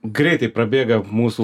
greitai prabėga mūsų